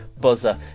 buzzer